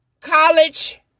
college